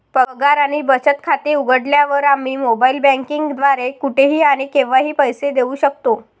पगार आणि बचत खाते उघडल्यावर, आम्ही मोबाइल बँकिंग द्वारे कुठेही आणि केव्हाही पैसे देऊ शकतो